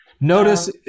Notice